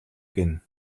гэнэ